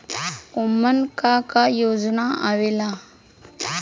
उमन का का योजना आवेला?